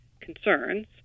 concerns